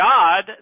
God